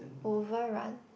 over run